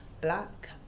black